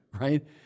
right